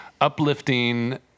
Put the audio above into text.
uplifting